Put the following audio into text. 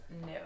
No